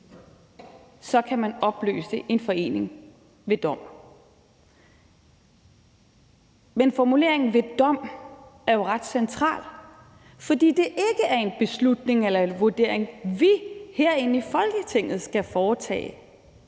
kan man opløse en forening ved dom. Men formuleringen ved dom er jo ret central, fordi det ikke er en beslutning eller en vurdering, vi herinde i Folketinget skal foretage.